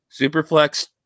Superflex